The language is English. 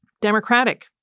democratic